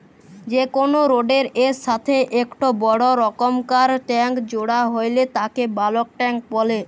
যে কোনো রোডের এর সাথেই একটো বড় রকমকার ট্যাংক জোড়া হইলে তাকে বালক ট্যাঁক বলে